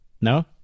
No